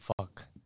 fuck